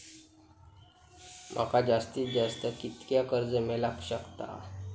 माका जास्तीत जास्त कितक्या कर्ज मेलाक शकता?